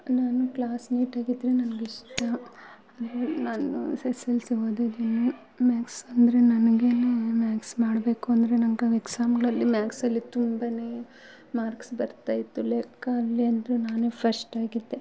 ನಾನು ಕ್ಲಾಸ್ ನೀಟಾಗಿದ್ರೆ ನನಗಿಷ್ಟ ನಾನು ಎಸ್ ಎಸ್ ಎಲ್ ಸಿ ಓದಿದೀನಿ ಮ್ಯಾಕ್ಸಂದರೆ ನನಗೇ ಮ್ಯಾಕ್ಸ್ ಮಾಡಬೇಕು ಅಂದರೆ ನಂಗದು ಎಕ್ಸಾಮ್ಗಳಲ್ಲಿ ಮ್ಯಾಕ್ಸಲ್ಲಿ ತುಂಬ ಮಾರ್ಕ್ಸ್ ಬರ್ತಾಯಿತ್ತು ಲೆಕ್ಕ ಅಲ್ಲಿ ಅಂದರೆ ನಾನೇ ಫಸ್ಟಾಗಿದ್ದೆ